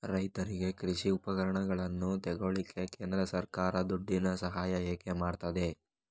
ರೈತನಿಗೆ ಕೃಷಿ ಉಪಕರಣಗಳನ್ನು ತೆಗೊಳ್ಳಿಕ್ಕೆ ಕೇಂದ್ರ ಸರ್ಕಾರ ದುಡ್ಡಿನ ಸಹಾಯ ಹೇಗೆ ಮಾಡ್ತದೆ?